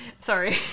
Sorry